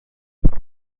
per